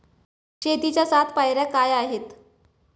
शेतीच्या सात पायऱ्या काय आहेत?